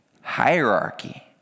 hierarchy